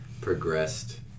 progressed